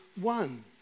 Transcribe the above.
one